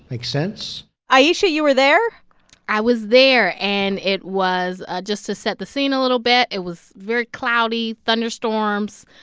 makes sense ayesha, you were there i was there. and it was just to set the scene a little bit, it was very cloudy, thunderstorms.